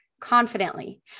confidently